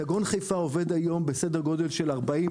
דגון חיפה עובד היום בסדר גודל של 30%,